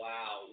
Wow